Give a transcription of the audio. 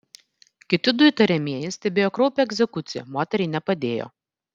kiti du įtariamieji stebėjo kraupią egzekuciją moteriai nepadėjo